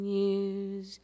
years